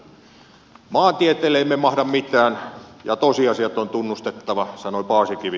maantieteelle emme mahda mitään ja tosiasiat on tunnustettava sanoi paasikivi